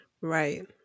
Right